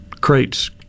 crates